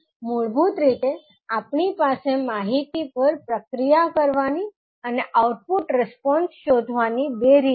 મૂળભૂત રીતે આપણી પાસે માહિતી પર પ્રક્રિયા કરવાની અને આઉટપુટ રિસ્પોન્સ શોધવા માટે બે રીત છે